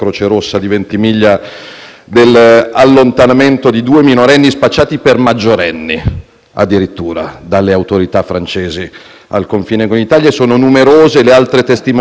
dell'allontanamento di due minorenni spacciati per maggiorenni, addirittura, dalle autorità francesi al confine con l'Italia, e sono numerose le altre testimonianze di illegalità